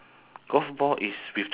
so after h~